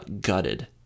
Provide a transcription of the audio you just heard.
Gutted